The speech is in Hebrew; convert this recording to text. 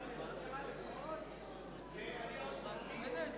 אם כך, אני קובע שההסתייגות לא עברה.